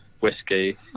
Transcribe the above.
whiskey